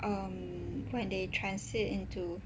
um when they translate into